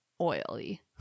oily